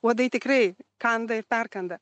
uodai tikrai kanda ir perkanda